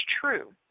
true